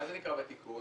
מה זה נקרא בתיקון?